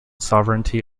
sovereignty